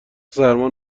سرما